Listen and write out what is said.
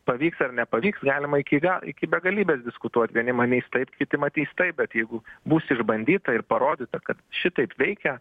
pavyks ar nepavyks galima iki ga iki begalybės diskutuot vieni manys taip kiti matys taip bet jeigu bus išbandyta ir parodyta kad šitaip veikia